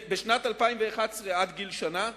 בשנת 2011 עד גיל שנה,